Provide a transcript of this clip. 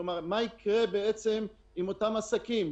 כלומר מה יקרה עם אותם עסקים?